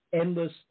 endless